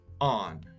on